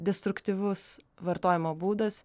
destruktyvus vartojimo būdas